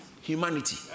humanity